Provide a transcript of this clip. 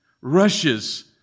rushes